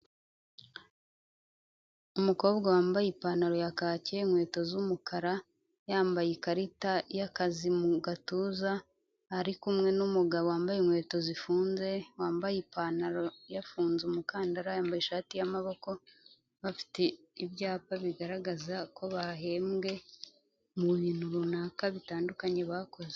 Umukobwa wambaye ipantaro ya kake, inkweto z'umukara, yambaye ikarita y'akazi mu gatuza, ari kumwe n'umugabo wambaye inkweto zifunze, wambaye ipantaro yafunze umukandara, yambaye ishati y'amaboko, bafite ibyapa bigaragaza ko bahembwe mu bintu runaka bitandukanye bakoze.